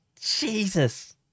Jesus